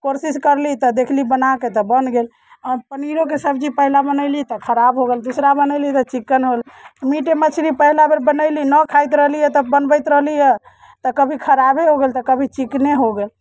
कोशिश करली तऽ देखली बनाके तऽ बनि गेल आ पनीरोके सब्जी पहिले बनयली तऽ खराब हो गेल दूसरा बनयली तऽ चिक्कन भेल मीटे मछली पहिला बेर बनयली नहि खाइत रहलियै तऽ बनबैत रहलीह है तऽ कभी खराबे हो गेल तऽ कभी चिक्कने हो गेल